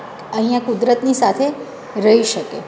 અહીંયાં કુદરતની સાથે રહી શકે